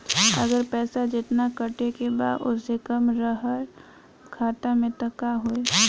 अगर पैसा जेतना कटे के बा ओसे कम रहल खाता मे त का होई?